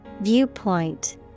Viewpoint